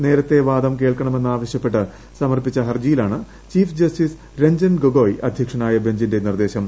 കേസിൽ നേരത്തെ വാദം കേൾക്കണമെന്നാവശ്യപ്പെട്ട് സമർപ്പിച്ച ഹർജിയിലാണ് ചീഫ് ജസ്റ്റിസ് രഞ്ജൻ ഗൊഗോയ് അധ്യക്ഷനായ ബഞ്ചിന്റെ നിർദ്ദേശം